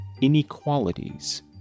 inequalities